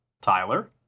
Tyler